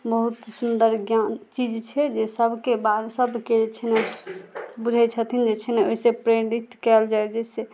बहुत सुन्दर ज्ञान चीज छै जे सबके बार सबके जे छै ने बुझै छथिन जे छै ने ओहिसे प्रेरित कैल जाइ जाहिसे